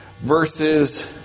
verses